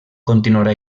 continuarà